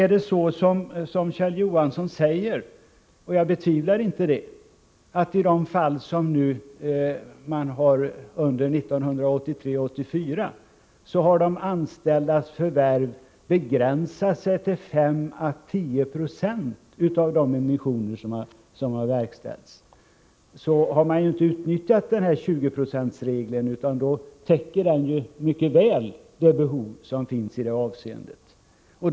Är det så som Kjell Johansson säger — och jag betvivlar inte det — att de anställdas förvärv i de fall som har varit aktuella 1983/84 har begränsat sig till 5-10 Z6 av verkställda emissioner, så har man inte ens utnyttjat 20 procentsregeln. Den täcker således mycket väl de behov som finns i detta hänseende.